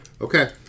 Okay